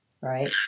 right